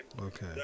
Okay